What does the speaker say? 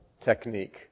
technique